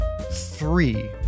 three